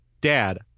Dad